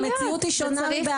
המציאות היא שונה מבעבר.